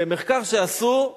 במחקר שעשו,